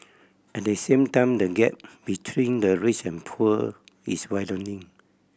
at the same time the gap between the rich and poor is widening